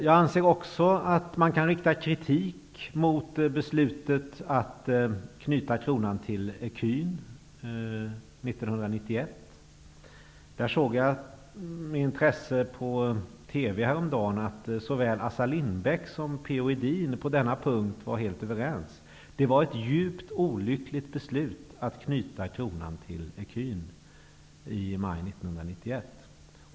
Man kan också rikta kritik mot beslutet att knyta kronan till ecun 1991. Jag såg med intresse på TV häromdagen att såväl Assar Lindbeck som P O Edin på denna punkt var helt överens. Det var ett djupt olyckligt beslut att knyta kronan till ecun i maj 1991.